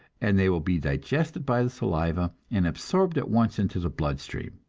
and they will be digested by the saliva, and absorbed at once into the blood-stream.